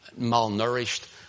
malnourished